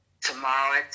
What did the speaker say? tomorrow